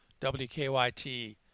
WKYT